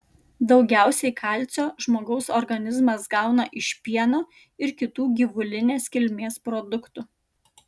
daugiausiai kalcio žmogaus organizmas gauna iš pieno ir kitų gyvulinės kilmės produktų